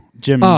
Jim